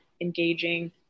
engaging